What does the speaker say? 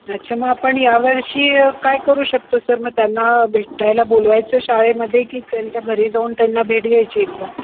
अच्छा आपण यावर्षी अ काय करू शकतो सर मग त्यांना भेटायला बोलवायचं शाळेमध्ये की त्यांच्या घरी जाऊन त्यांना भेट घ्यायची एकदा